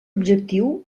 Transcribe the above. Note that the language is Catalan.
objectiu